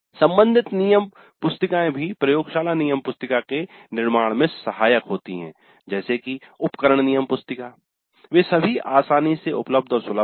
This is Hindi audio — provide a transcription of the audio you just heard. संबंधित नियम पुस्तिकाए भी प्रयोगशाला नियमपुस्तिका के निर्माण में सहायक होती है जैसे की उपकरण नियमपुस्तिका वे सभी आसानी से उपलब्ध और सुलभ हैं